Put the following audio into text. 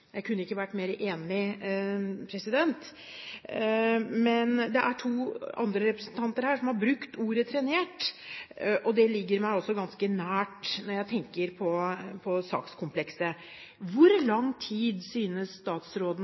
Jeg kunne ikke vært mer enig. Men det er to andre representanter her som har brukt ordet «trenert», og det ligger meg ganske nært når jeg tenker på sakskomplekset. Hvor lang tid synes statsråden